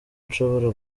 nshobora